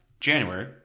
January